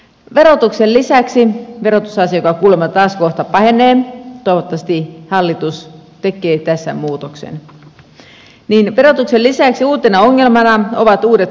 verotuksen lisäksi verotusasia kuulemma taas kohta pahenee toivottavasti hallitus tekee tässä muutoksen uutena ongelmana ovat uudet soidensuojelualueet